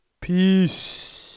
peace